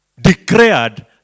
declared